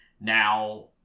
Now